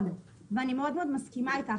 ואני מאוד מאוד מסכימה איתך.